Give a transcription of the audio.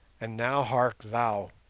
and now hark thou!